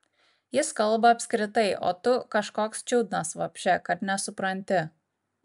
jis kalba apskritai o tu kažkoks čiudnas vapše kad nesupranti